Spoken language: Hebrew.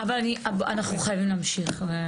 אבל אנחנו חייבים להמשיך.